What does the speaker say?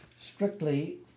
Strictly